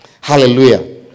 Hallelujah